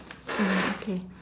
mm okay